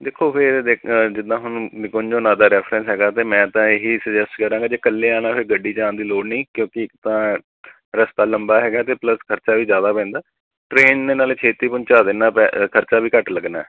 ਦੇਖੋ ਫਿਰ ਦੇਖ ਜਿੱਦਾਂ ਹੁਣ ਨਿਕੁੰਜ ਹੋਰਾਂ ਦਾ ਰੈਫਰੈਂਸ ਹੈਗਾ ਅਤੇ ਮੈਂ ਤਾਂ ਇਹ ਹੀ ਸਜੈਸਟ ਕਰਾਂਗਾ ਜੇ ਇਕੱਲੇ ਆਉਣਾ ਫਿਰ ਗੱਡੀ 'ਚ ਆਉਣ ਦੀ ਲੋੜ ਨਹੀਂ ਕਿਉਂਕਿ ਇੱਕ ਤਾਂ ਰਸਤਾ ਲੰਬਾ ਹੈਗਾ ਅਤੇ ਪਲਸ ਖਰਚਾ ਵੀ ਜ਼ਿਆਦਾ ਪੈਂਦਾ ਟ੍ਰੇਨ ਨੇ ਨਾਲ ਛੇਤੀ ਪਹੁੰਚਾ ਦੇਣਾ ਪ ਖਰਚਾ ਵੀ ਘੱਟ ਲੱਗਣਾ ਹੈ